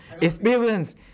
Experience